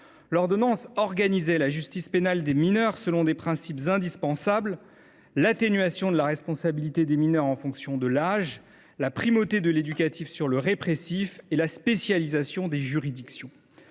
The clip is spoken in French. L’ordonnance organisait ainsi la justice pénale des mineurs selon des principes indispensables : l’atténuation de la responsabilité des mineurs en fonction de l’âge, la primauté de l’éducatif sur le répressif et la spécialisation des juridictions.